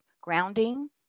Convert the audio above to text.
grounding